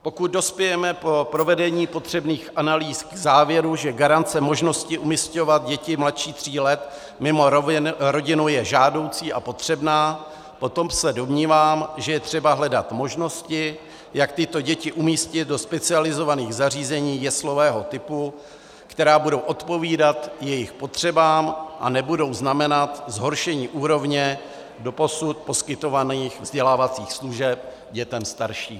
Pokud dospějeme po provedení potřebných analýz k závěru, že garance možnosti umísťovat děti mladší tří let mimo rodinu je žádoucí a potřebná, potom se domnívám, že je třeba hledat možnosti, jak tyto děti umístit do specializovaných zařízení jeslového typu, která budou odpovídat jejich potřebám a nebudou znamenat zhoršení úrovně doposud poskytovaných vzdělávacích služeb dětem starším.